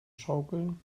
schaukeln